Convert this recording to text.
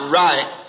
right